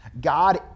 God